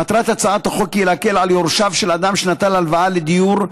מטרת הצעת החוק היא להקל על יורשיו של אדם שנטל הלוואה לדיור,